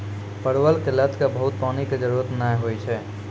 परवल के लत क बहुत पानी के जरूरत नाय होय छै